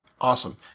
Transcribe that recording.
Awesome